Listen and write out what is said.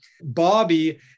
Bobby